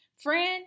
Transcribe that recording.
Friend